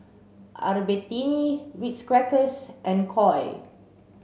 Albertini Ritz Crackers and Koi